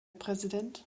präsident